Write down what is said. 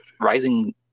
Rising